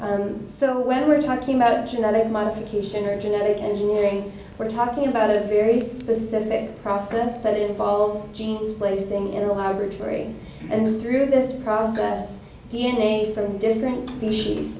next so when we're talking about genetic modification or genetic engineering we're talking about a very specific process that involves genes placing in the laboratory and through this process d n a from different species